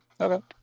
Okay